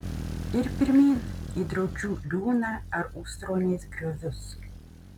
ir pirmyn į draučių liūną ar ustronės griovius